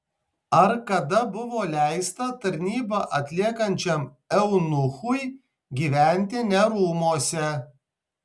ar kada buvo leista tarnybą atliekančiam eunuchui gyventi ne rūmuose